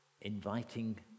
inviting